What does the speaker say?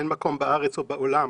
אין מקום בארץ או בעולם